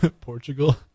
Portugal